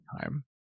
time